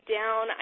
down